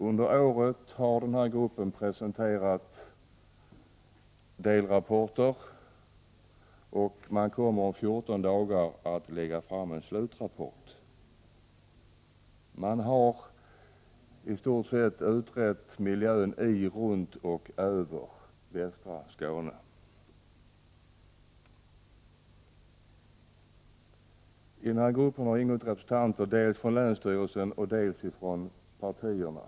Under året har denna grupp presenterat delrapporter, och man kommer inom 14 dagar att framlägga en slutrapport. Man har i stort sett utrett miljön i, runt och över västra Skåne. I denna grupp har ingått representanter dels från länsstyrelsen, dels från de politiska partierna.